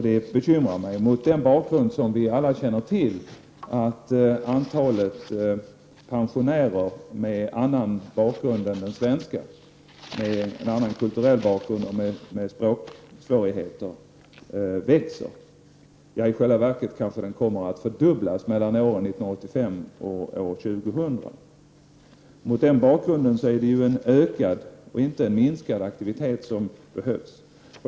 Det bekymrar mig mot den bakgrund som vi alla känner till, nämligen att antalet pensionärer med en annan kulturell bakgrund än den svenska och med språksvårigheter växer. I själva verket kommer det kanske att fördubblas mellan 1995 och år 2000. Mot den bakgrunden är det en ökad, och inte en minskad, aktivitet som behövs.